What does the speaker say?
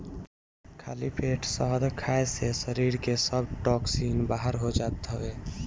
खाली पेट शहद खाए से शरीर के सब टोक्सिन बाहर हो जात हवे